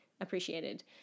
appreciated